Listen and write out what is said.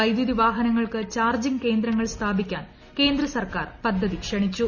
വൈദ്യൂതി വാഹനങ്ങൾക്ക് ചാർജിങ് കേന്ദ്രങ്ങൾ സ്ഥാപിക്കാൻ കേന്ദ്ര സർക്കാർ പദ്ധതി ക്ഷണിച്ചു